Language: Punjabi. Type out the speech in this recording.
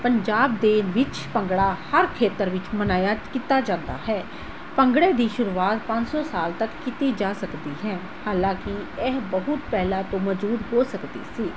ਪੰਜਾਬ ਦੇ ਵਿੱਚ ਭੰਗੜਾ ਹਰ ਖੇਤਰ ਵਿੱਚ ਮਨਾਇਆ ਕੀਤਾ ਜਾਂਦਾ ਹੈ ਭੰਗੜੇ ਦੀ ਸ਼ੁਰੂਆਤ ਪੰਜ ਸੌ ਸਾਲ ਤੱਕ ਕੀਤੀ ਜਾ ਸਕਦੀ ਹੈ ਹਾਲਾਂਕਿ ਇਹ ਬਹੁਤ ਪਹਿਲਾ ਤੋਂ ਮੌਜੂਦ ਹੋ ਸਕਦੀ ਸੀ